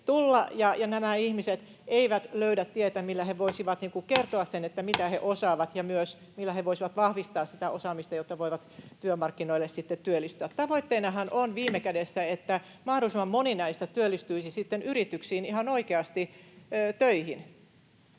nämä ihmiset eivät löydä tietä, millä he voisivat kertoa sen, mitä he osaavat, ja myös, millä he voisivat vahvistaa sitä osaamista, jotta voivat työmarkkinoille sitten työllistyä. Tavoitteenahan on viime kädessä, että mahdollisimman moni näistä työllistyisi sitten yrityksiin ihan oikeasti töihin